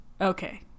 Okay